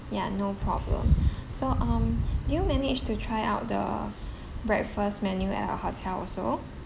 ya no problem so um did you manage to try out the breakfast menu at our hotel also